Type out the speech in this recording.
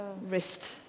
wrist